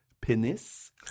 penis